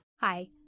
Hi